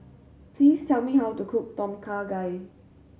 please tell me how to cook Tom Kha Gai